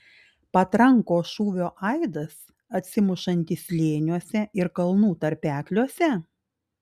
patrankos šūvio aidas atsimušantis slėniuose ir kalnų tarpekliuose